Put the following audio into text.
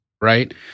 right